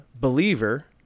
believer